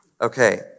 Okay